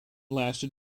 lasted